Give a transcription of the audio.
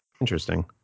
Interesting